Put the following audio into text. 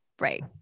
Right